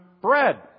bread